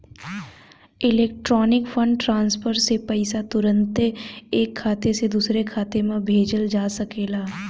electronic fund transfer से पईसा तुरन्ते ऐक खाते से दुसरे खाते में भेजल जा सकेला